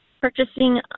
purchasing